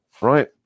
right